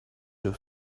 your